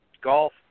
golf